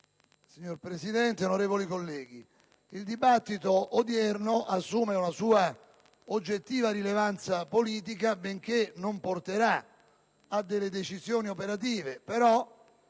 Signor Presidente, onorevoli colleghi, il dibattito odierno assume una sua oggettiva rilevanza politica, benché non porti a decisioni operative.